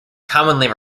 commonly